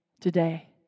today